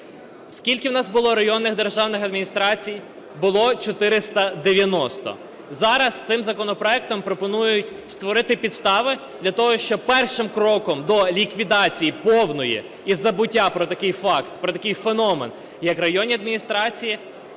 Скільки у нас було районних державних адміністрацій? Було 490. Зараз цим законопроектом пропонують створити підстави для того, щоб першим кроком до ліквідації повної і забуття про такий факт, про такий феномен як районні адміністрації,